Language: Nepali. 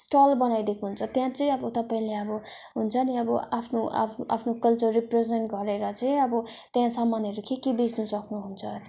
स्टल बनाइदिएको हुन्छ त्यहाँ चाहिँ अब तपाईँले अब हुन्छ नि अब आफ्नो आफ्नो आफ्नो कल्चर रिप्रेजेन्ट गरेर चाहिँ अब त्यहाँ सामानहरू के के बेच्नु सक्नुहुन्छ